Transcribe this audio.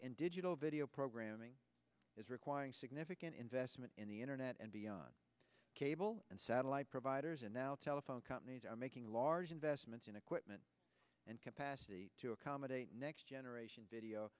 in digital video programming is requiring significant investment in the internet and beyond cable and satellite providers and now telephone companies are making large investments in equipment and capacity to accommodate next generation video